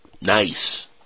Nice